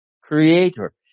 creator